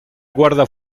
guarda